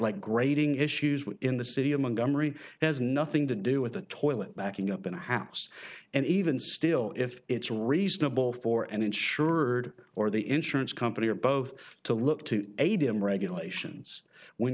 like grading issues in the city among them mary has nothing to do with the toilet backing up in the house and even still if it's reasonable for an insured or the insurance company or both to look to a d m regulations when